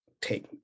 take